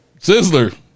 Sizzler